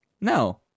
No